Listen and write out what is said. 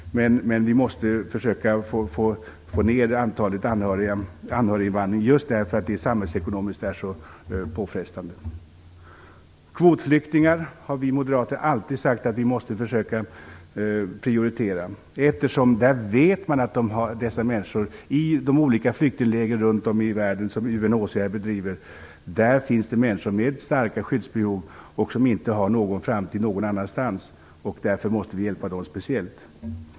Men målet måste vara att försöka minska anhöriginvandringen just därför att den samhällsekonomiskt är så påfrestande. Vi moderater har sagt att vi alltid måste försöka prioritera kvotflyktingar, eftersom vi vet att det finns människor i flyktingläger som UNHCR bedriver som har starka skyddsbehov, vilka inte har någon framtid någon annanstans. Därför måste vi hjälpa dem speciellt.